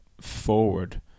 forward